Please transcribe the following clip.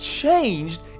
changed